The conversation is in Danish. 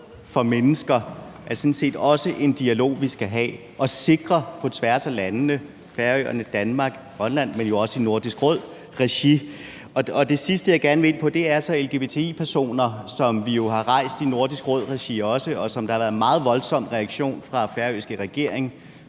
for mennesker sådan set også er en dialog, vi skal have og sikre på tværs af landene – Færøerne, Danmark, Grønland – men jo også i Nordisk Råd-regi. Det sidste, jeg gerne vil ind på, er så lgbti-personer, som vi jo har rejst debat om også i Nordisk Råd-regi, hvad der har været en meget voldsom reaktion på fra den færøske regering.